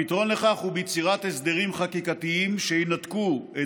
הפתרון לכך הוא יצירת הסדרים חקיקתיים שינתקו את